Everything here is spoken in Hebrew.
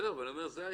בסדר, אבל זה הקיים.